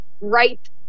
right